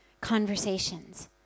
conversations